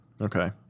Okay